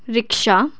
rickshaw